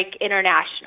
international